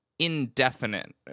indefinite